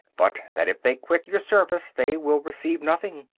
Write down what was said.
but that if they quit your service they will receive nothing.